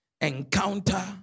encounter